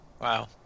Wow